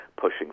pushing